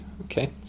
okay